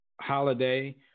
Holiday